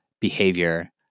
behavior